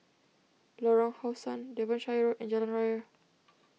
Lorong How Sun Devonshire Road and Jalan Raya